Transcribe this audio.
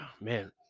man